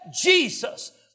Jesus